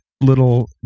little